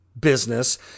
business